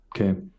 Okay